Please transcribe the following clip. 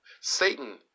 Satan